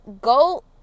go